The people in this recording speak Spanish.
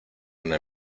una